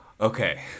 Okay